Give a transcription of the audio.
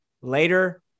later